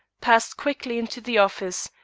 passed quickly into the office,